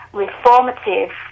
reformative